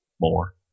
more